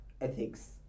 ethics